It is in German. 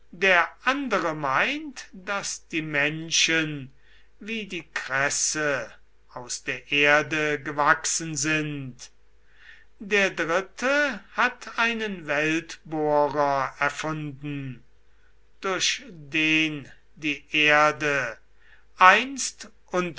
der andere meint daß die menschen wie die kresse aus der erde gewachsen sind der dritte hat einen weltbohrer erfunden durch den die erde einst